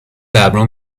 ببرا